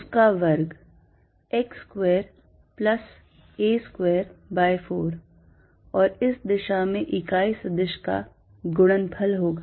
उसका वर्ग x square plus a square by 4 और इस दिशा में इकाई सदिश का गुणनफल होगा